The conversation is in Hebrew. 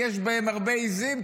יש בהם הרבה עיזים,